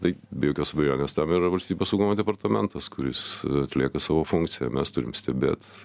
tai be jokios abejonės tam yra valstybės saugumo departamentas kuris atlieka savo funkciją mes turim stebėt